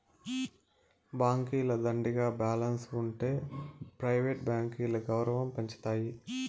బాంకీల దండిగా బాలెన్స్ ఉంటె ప్రైవేట్ బాంకీల గౌరవం పెంచతాయి